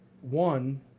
one